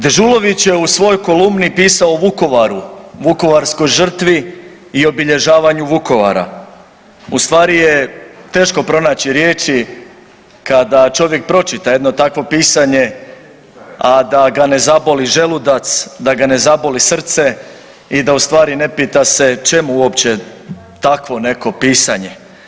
Dežulović je u svojoj kolumni pisao o Vukovaru, vukovarskoj žrtvi i obilježavanju Vukovara, ustvari je teško pronaći riječi kada čovjek pročita jedno takvo pisanje, a da ne zaboli želudac, da ga ne zaboli srce i da ustvari ne pita se čemu uopće takvo neko pisanje.